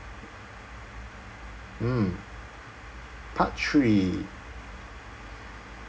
mm part three